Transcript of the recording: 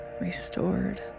restored